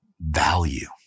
value